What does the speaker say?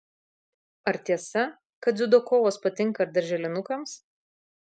ar tiesa kad dziudo kovos patinka ir darželinukams